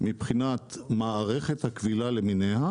מבחינת מערכת הכבילה למיניה,